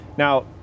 Now